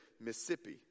Mississippi